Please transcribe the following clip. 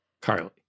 Carly